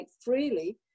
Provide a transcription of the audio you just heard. freely